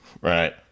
Right